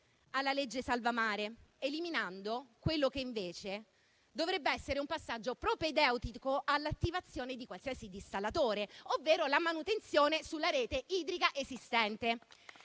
legge "salva mare", eliminando quello che invece dovrebbe essere un passaggio propedeutico all'attivazione di qualsiasi dissalatore, ovvero la manutenzione sulla rete idrica esistente.